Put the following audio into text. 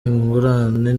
nkunganire